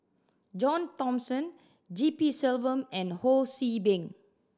John Thomson G P Selvam and Ho See Beng